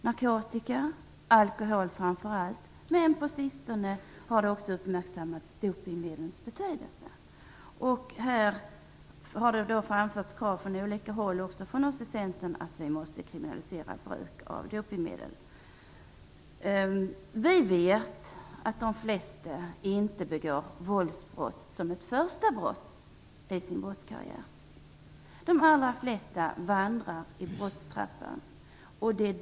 Narkotika, alkohol framför allt och dopningmedel vars betydelse har uppmärksammats på sistone spelar en roll. Här har det framförts krav från olika håll, också från Centern om att vi måste kriminalisera bruk av dopningmedel. Vi vet att de flesta inte begår våldsbrott som ett första brott i sin brottskarriär. De allra flesta vandrar i brottstrappan.